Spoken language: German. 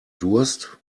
durst